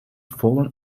fallen